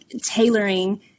tailoring